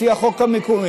לפי החוק המקומי,